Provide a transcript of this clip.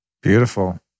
Beautiful